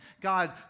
God